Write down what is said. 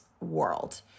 world